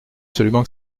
absolument